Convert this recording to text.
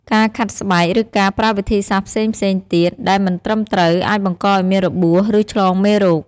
ការខាត់ស្បែក ឬការប្រើវិធីសាស្ត្រផ្សេងៗទៀតដែលមិនត្រឹមត្រូវ អាចបង្កឱ្យមានរបួស ឬឆ្លងមេរោគ។